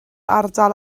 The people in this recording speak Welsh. ardal